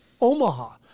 Omaha